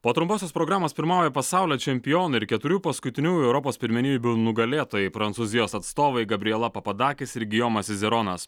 po trumposios programos pirmauja pasaulio čempionai ir keturių paskutiniųjų europos pirmenybių nugalėtojai prancūzijos atstovai gabriela papadakis ir gijomas izeronas